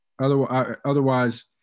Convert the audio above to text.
Otherwise